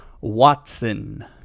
Watson